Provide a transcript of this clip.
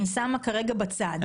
ראשי מפלגות אני שמה כרגע בצד.